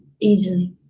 easily